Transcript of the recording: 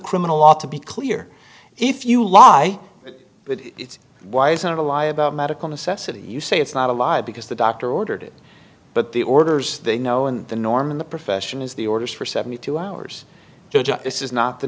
criminal law to be clear if you lie it's why isn't a lie about medical necessity you say it's not a lie because the doctor ordered it but the orders they know and the norm in the profession is the orders for seventy two hours this is not the